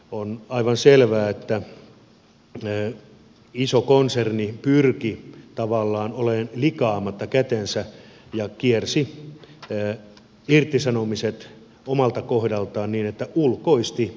on aivan selvää että iso konserni pyrki tavallaan olemaan likaamatta käsiään ja kiersi irtisanomiset omalta kohdaltaan niin että ulkoisti irtisanomisen